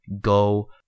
go